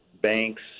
banks